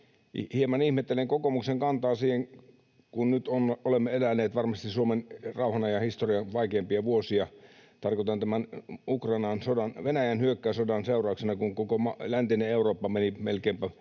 Hieman ihmettelen kokoomuksen kantaa, kun nyt olemme eläneet varmasti Suomen rauhanajan historian vaikeimpia vuosia, tarkoitan tätä Venäjän hyökkäyssotaa, sen seurauksena, kun koko läntinen Eurooppa meni — en